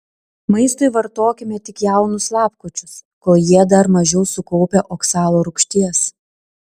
maistui vartokime tik jaunus lapkočius kol jie dar mažiau sukaupę oksalo rūgšties